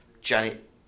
Janet